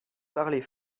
parlez